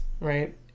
right